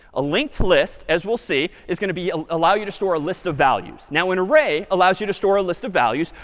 a linked list, as we'll see is going to ah allow you to store a list of values. now an array allows you to store a list of values.